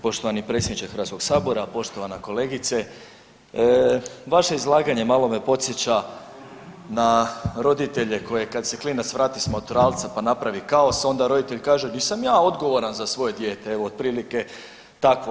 Poštovani predsjedniče Hrvatskog sabora, poštovana kolegice, vaše izlaganje malo me podsjeća na roditelje koje kad se klinac vrati s maturalca pa napravi kaos onda roditelj kaže nisam ja odgovoran za svoje dijete, evo otprilike tako.